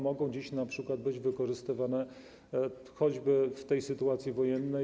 Mogą one dziś np. być wykorzystywane choćby w tej sytuacji wojennej.